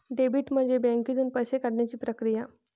debit म्हणजे बँकेतून पैसे काढण्याची प्रक्रिया